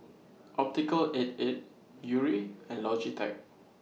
Optical eight eight Yuri and Logitech